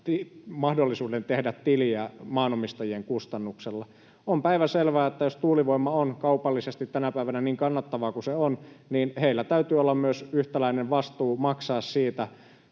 mahdollisuuden tehdä tiliä maanomistajien kustannuksella. On päivänselvää, että jos tuulivoima on kaupallisesti tänä päivänä niin kannattavaa kuin se on, niin heillä täytyy olla myös yhtäläinen vastuu maksaa siitä